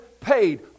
paid